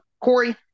Corey